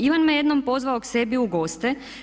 Ivan me jednom pozvao k sebi u goste.